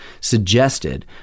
suggested